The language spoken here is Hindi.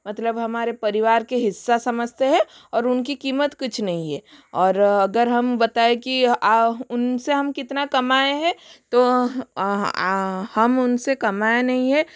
मतलब हमारे परिवार के हिस्सा समझते है और उनकी कीमत कुछ नहीं है और अगर हम बताए कि उनसे हम कितना कमाए है तो हम उनसे कमाया नहीं है